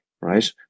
Right